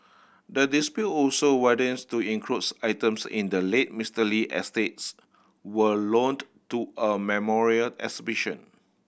the dispute also widens to includes items in the late Mister Lee estates were loaned to a memorial exhibition